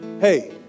hey